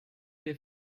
der